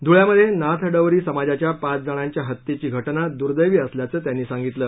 धुळ्यामध्ये नाथ डवरी समाजाच्या पाच जणांच्या हत्येची घटना दुर्दैवी असल्याचं त्यांनी सांगितलं